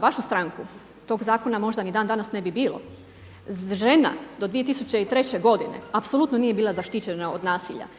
vašu stranku, tog zakona možda ni danas ne bi bilo. Žena do 2003. godine apsolutno nije bila zaštićena od nasilja,